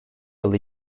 yıl